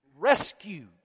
rescued